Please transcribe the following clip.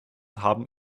haben